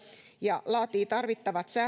ja laatii tarvittavat